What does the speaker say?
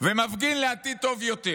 ומפגין למען עתיד טוב יותר?